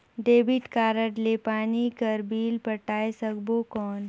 Debit card ले पानी कर बिल पटाय सकबो कौन?